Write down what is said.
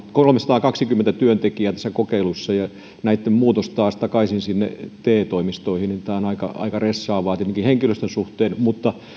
kolmesataakaksikymmentä työntekijää tässä kokeilussa näitten muutos taas takaisin sinne te toimistoihin on aika aika stressaavaa tietenkin henkilöstön suhteen mutta